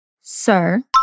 sir